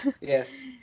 Yes